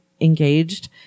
engaged